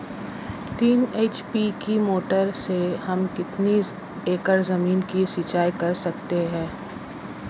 तीन एच.पी की मोटर से हम कितनी एकड़ ज़मीन की सिंचाई कर सकते हैं?